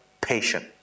patient